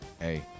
Hey